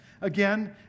again